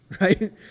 right